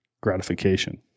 gratification